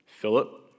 Philip